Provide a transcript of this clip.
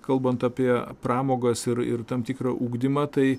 kalbant apie pramogas ir ir tam tikrą ugdymą tai